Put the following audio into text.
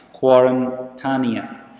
Quarantania